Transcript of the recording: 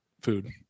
food